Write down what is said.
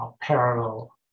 parallel